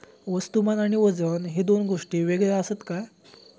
वस्तुमान आणि वजन हे दोन गोष्टी वेगळे आसत काय?